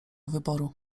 wyboru